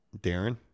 Darren